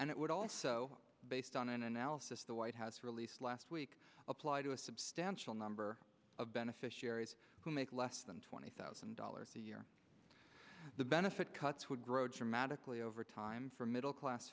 and it would also based on an analysis the white house released last week apply to a substantial number of beneficiaries who make less than twenty thousand dollars a year the benefit cuts would grow dramatically over time for middle class